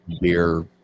beer